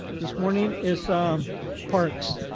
this morning, is ah um parks.